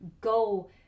go